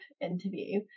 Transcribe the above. interview